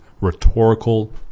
rhetorical